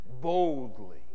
Boldly